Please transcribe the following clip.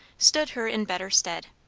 stood her in better stead.